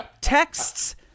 texts